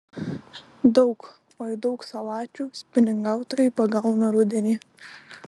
daug oi daug salačių spiningautojai pagauna rudenį